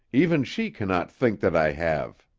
even she cannot think that i have.